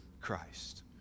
Christ